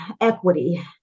equity